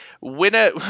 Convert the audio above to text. winner